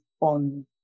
on